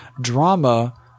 drama